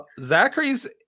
Zachary's